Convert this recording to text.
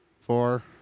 Four